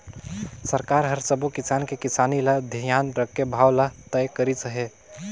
सरकार हर सबो किसान के किसानी ल धियान राखके भाव ल तय करिस हे